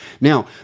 Now